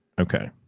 Okay